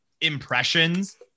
impressions